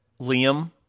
Liam